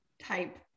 type